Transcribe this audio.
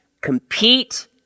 compete